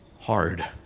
hard